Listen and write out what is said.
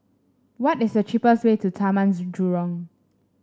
what is the cheapest way to Taman Jurong